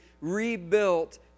rebuilt